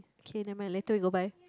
okay never mind later we go buy